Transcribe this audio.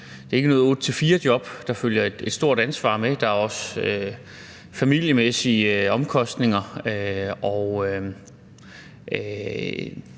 jo ikke noget 8-16-job. Der følger et stort ansvar med, og der er også familiemæssige omkostninger.